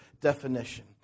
definition